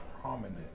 prominent